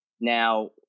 Now